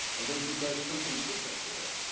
and then he does something different here.